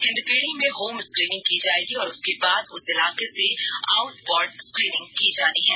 हिंदपीढ़ी में home screening की जाएगी और उसके बाद उस इलाके से आउटवार्ड स्क्रीनिंग की जानी है